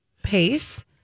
Pace